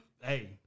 hey